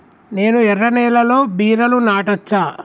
నేను ఎర్ర నేలలో బీరలు నాటచ్చా?